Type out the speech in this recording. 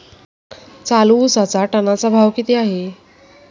चालू उसाचा टनाचा भाव किती आहे?